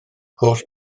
holl